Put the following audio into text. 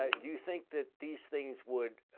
um do you think that these things would